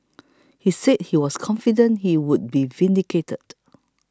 he said he was confident he would be vindicated